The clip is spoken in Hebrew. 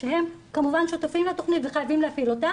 שניהם כמובן שותפים לתכנית וחייבים להפעיל אותה.